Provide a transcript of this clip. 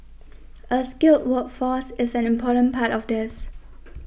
a skilled workforce is an important part of this